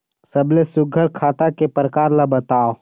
सबले सुघ्घर खाता के प्रकार ला बताव?